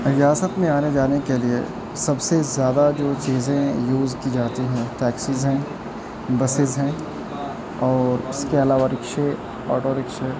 ریاست میں آنے جانے کے لیے سب سے زیادہ جو چیزیں یوز کی جاتی ہیں ٹیکسیز ہیں بسز ہیں اور اس کے علاوہ رکشے آٹو رکشے